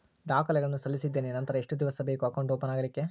ದಾಖಲೆಗಳನ್ನು ಸಲ್ಲಿಸಿದ್ದೇನೆ ನಂತರ ಎಷ್ಟು ದಿವಸ ಬೇಕು ಅಕೌಂಟ್ ಓಪನ್ ಆಗಲಿಕ್ಕೆ?